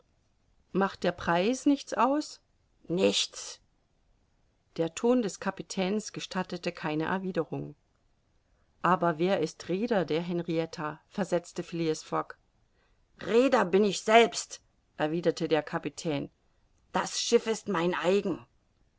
macht der preis nichts aus nichts der ton des kapitäns gestattete keine erwiderung aber wer ist rheder der henrietta versetzte phileas fogg rheder bin ich selbst erwiderte der kapitän das schiff ist mein eigen